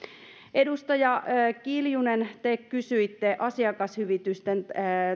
edustaja kiljunen te kysyitte asiakashyvitysten